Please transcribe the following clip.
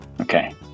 Okay